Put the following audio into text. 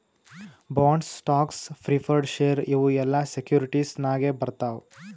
bonds, stocks, preferred share ಇವು ಎಲ್ಲಾ securities ನಾಗೆ ಬರ್ತಾವ್